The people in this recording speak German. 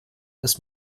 ist